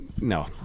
No